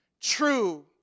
True